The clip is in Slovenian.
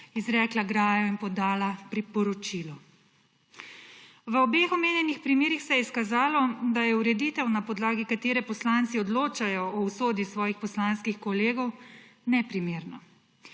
izrekla grajo in podala priporočilo. V obeh omenjenih primerih se je izkazalo, da je ureditev, na podlagi katere poslanci odločajo o usodi svojih poslanskih kolegov, neprimerna.